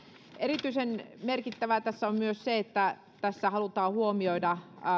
erityisen merkittävää tässä on se että tässä halutaan huomioida myös